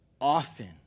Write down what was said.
often